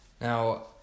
Now